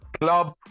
club